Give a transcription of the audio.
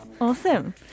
Awesome